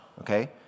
okay